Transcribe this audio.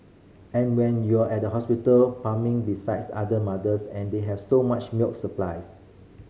and when you're at the hospital pumping besides other mothers and they have so much milk supplies